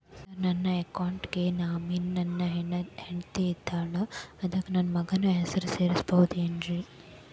Sir ನನ್ನ account ಗೆ nominee ನನ್ನ ಹೆಂಡ್ತಿ ಇದ್ದಾಳ ಅದಕ್ಕ ನನ್ನ ಮಗನ ಹೆಸರು ಸೇರಸಬಹುದೇನ್ರಿ?